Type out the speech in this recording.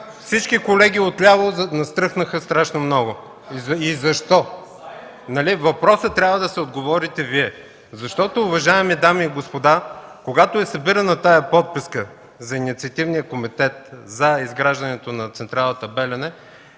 всички колеги отляво настръхнаха страшно много. Защо? На въпроса трябва да си отговорите Вие. Защото, уважаеми дами и господа, когато е събирана подписката от Инициативния комитет за изграждането на централата в „Белене”,